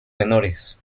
menores